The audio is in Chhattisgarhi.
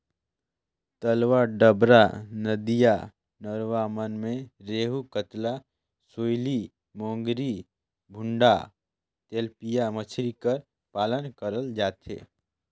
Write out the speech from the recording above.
तलवा डबरा, नदिया नरूवा मन में रेहू, कतला, सूइली, मोंगरी, भुंडा, तेलपिया मछरी कर पालन करल जाथे